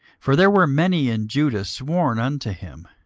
for there were many in judah sworn unto him,